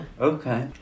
Okay